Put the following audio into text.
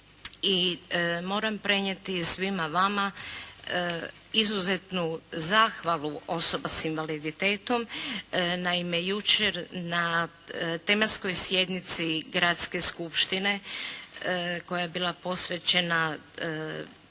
moram prenijeti svima vama izuzetnu zahvalu osoba sa invaliditetom. Naime, jučer na tematskoj sjednici Gradske skupštine koja je bila posvećena osobama